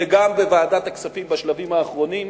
וגם בוועדת הכספים בשלבים האחרונים,